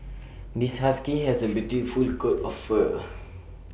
this husky has A beautiful coat of fur